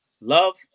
love